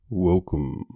welcome